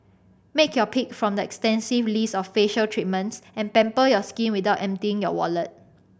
make your pick from their extensive list of facial treatments and pamper your skin without emptying your wallet